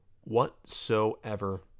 whatsoever